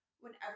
whenever